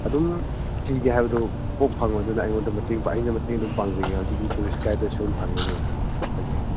ꯑꯗꯨꯝ ꯊꯤꯒꯦ ꯍꯥꯏꯕꯗꯣ ꯀꯣꯛ ꯐꯪꯉꯣꯏ ꯑꯗꯨꯅ ꯑꯩꯉꯣꯟꯗ ꯃꯇꯦꯡ ꯑꯩꯅ ꯃꯇꯦꯡ ꯑꯗꯨꯝ ꯄꯥꯡꯖꯒꯦ ꯍꯧꯖꯤꯛꯀꯤ ꯇꯨꯔꯤꯁ ꯒꯥꯏꯗꯇꯨ ꯁꯣꯏꯗꯅ ꯐꯪꯒꯅꯤꯗ ꯍꯥꯏꯖꯒꯦ